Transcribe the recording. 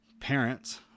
parents